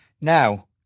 Now